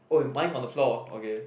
oh and mine's on the floor okay